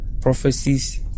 prophecies